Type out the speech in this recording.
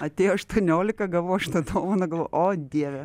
atėjo aštuoniolika gavau aš tą dovaną galvo o dieve